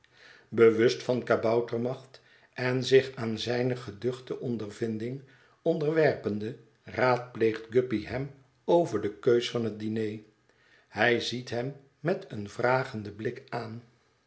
bewust van kaboutermacht en zich aan zijne geduchte ondervinding onderwerpende raadpleegt gruppy hem over de keus van het diner hij ziet hem met een vragenden blik aan